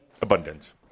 Abundance